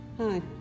Hi